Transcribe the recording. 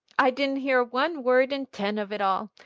i didn't hear one word in ten of it all.